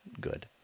good